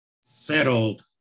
settled